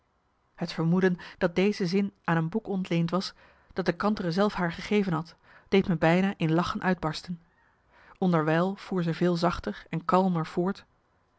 het vermoeden dat deze zin aan een boek ontleend was dat de kantere zelf haar gegeven had deed me bijna in lachen uitbarsten onderwijl voer ze veel zachter en kalmer voort